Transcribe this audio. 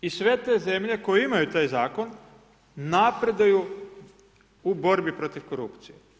I sve te zemlje koje imaju taj zakon, napreduju u borbi protiv korupcije.